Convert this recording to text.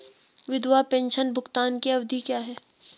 विधवा पेंशन भुगतान की अवधि क्या है?